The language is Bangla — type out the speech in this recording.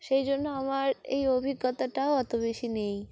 সেই জন্য আমার এই অভিজ্ঞতাটাও অত বেশি নেই